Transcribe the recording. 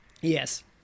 Yes